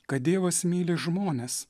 kad dievas myli žmones